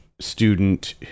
student